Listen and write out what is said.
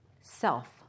self